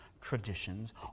traditions